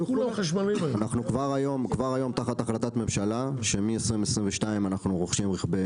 אנו כבר היום תחת החלטת ממשלה שמ-2022 אנחנו רוכשים רכבי